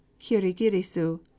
Kirigirisu